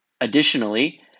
Additionally